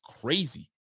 crazy